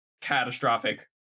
catastrophic